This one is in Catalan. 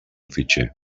fitxer